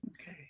Okay